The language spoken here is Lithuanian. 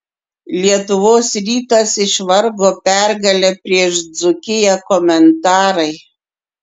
lietuvos rytas išvargo pergalę prieš dzūkiją komentarai